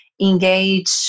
engage